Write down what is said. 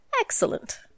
Excellent